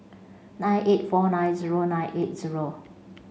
nine eight four nine zero nine eight zero